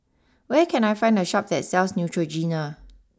where can I find a Shop that sells Neutrogena